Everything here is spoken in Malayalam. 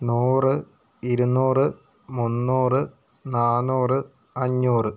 നൂറ് ഇരുന്നൂറ് മുന്നൂറ് നാന്നൂറ് അഞ്ഞൂറ്